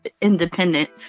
independent